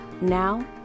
Now